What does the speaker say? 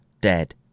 dead